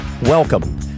welcome